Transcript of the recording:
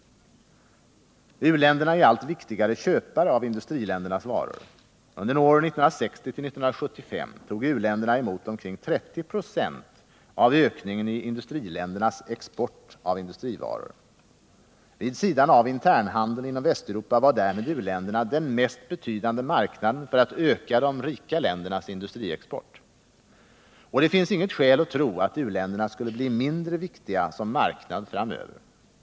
U-länderna är allt viktigare köpare av industriländernas varor. Under åren 1960 till 1975 tog u-länderna emot omkring 30 96 av ökningen i industriländernas export av industrivaror. Vid sidan av internhandeln inom Västeuropa var därmed u-länderna den mest betydande marknaden för att öka de rika ländernas industriexport. Och det finns inget skäl att tro att u-länderna skulle bli mindre viktiga som marknad framöver.